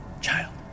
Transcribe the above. child